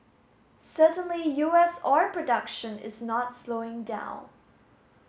certainly U S oil production is not slowing down